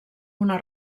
una